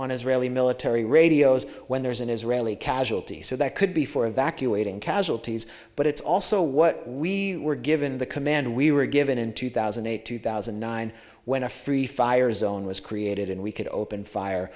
on israeli military radios when there's an israeli casualties so that could be for evacuating casualties but it's also what we were given the command we were given in two thousand and eight two thousand and nine when a free fire zone was created and we could open fire